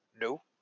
No